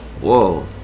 whoa